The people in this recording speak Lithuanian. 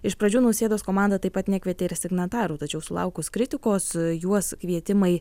iš pradžių nausėdos komanda taip pat nekvietė ir signatarų tačiau sulaukus kritikos juos kvietimai